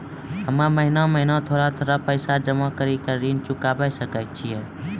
हम्मे महीना महीना थोड़ा थोड़ा पैसा जमा कड़ी के ऋण चुकाबै सकय छियै?